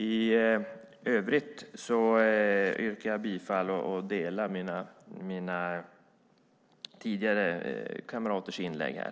I övrigt instämmer jag i mina kamraters tidigare inlägg här.